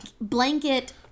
blanket